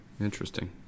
Interesting